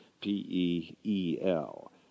P-E-E-L